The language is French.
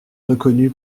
reconnu